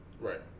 Right